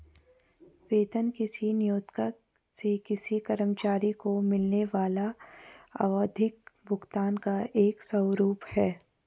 वेतन किसी नियोक्ता से किसी कर्मचारी को मिलने वाले आवधिक भुगतान का एक स्वरूप है